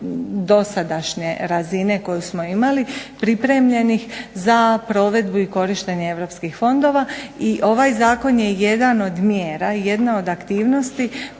dosadašnje razine koju smo imali pripremljenih za provedbu i korištenje europskih fondova. I ovaj Zakon je jedan od mjera, jedna od aktivnosti